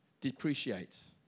depreciates